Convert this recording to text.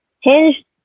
hinge